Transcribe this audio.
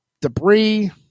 debris